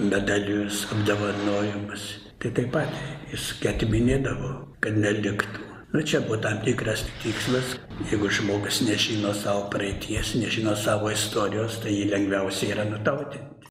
medalius apdovanojimus tai taip pat jis gi atiminėdavo kad neliktų nu čia buvo tam tikras tikslas jeigu žmogus nežino savo praeities nežino savo istorijos tai jį lengviausia yra nutautint